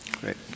Great